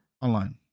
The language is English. Online